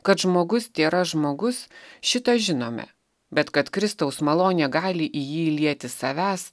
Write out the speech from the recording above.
kad žmogus tėra žmogus šitą žinome bet kad kristaus malonė gali į jį įlieti savęs